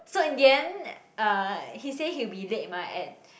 so in the end uh he said he will be late mah at